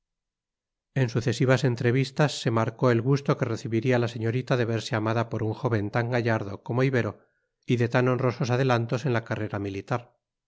en sucesivas entrevistas se marcó el gusto que recibía la señorita de verse amada por un joven tan gallardo como ibero y de tan honrosos adelantos en la carrera militar